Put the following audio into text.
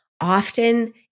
often